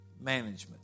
management